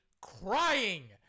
crying